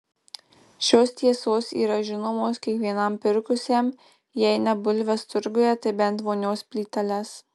šios tiesos yra žinomos kiekvienam pirkusiam jei ne bulves turguje tai bent vonios plyteles